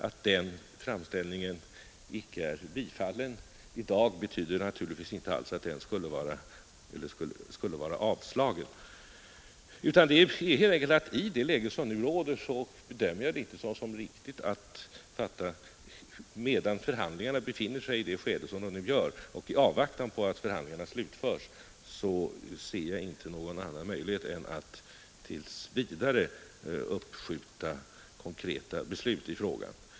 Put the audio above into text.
Att den framställningen icke är bifallen i dag betyder naturligtvis inte alls att den skulle vara avslagen. I det läge som nu råder — medan förhandlingarna befinner sig i det skede som de nu gör och i avvaktan på att de slutförs — ser jar inte någon annan möjlighet än att tills vidare uppskjuta konkreta beslut i frågan.